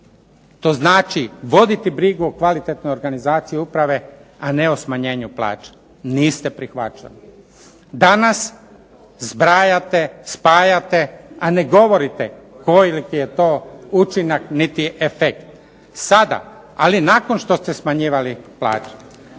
To znači voditi brigu o kvalitetnoj organizaciji uprave, a ne o smanjenju plaća. Niste prihvaćali. Danas zbrajate, spajate, a ne govoriti koliki je to učinak niti efekt. Sada, ali nakon što ste smanjivali plaće.